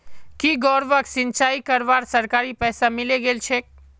की गौरवक सिंचाई करवार सरकारी पैसा मिले गेल छेक